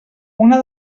una